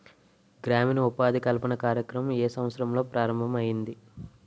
గ్రామీణ ఉపాధి కల్పన కార్యక్రమం ఏ సంవత్సరంలో ప్రారంభం ఐయ్యింది?